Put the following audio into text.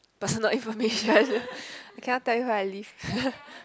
personal information I cannot tell you where I live